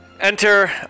Enter